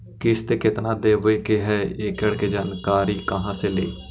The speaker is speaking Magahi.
किस्त केत्ना देबे के है एकड़ जानकारी कहा से ली?